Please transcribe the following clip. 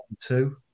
two